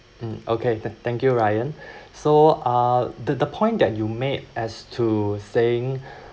mm okay thank you ryan so uh the the point that you made as to saying